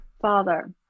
father